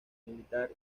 militar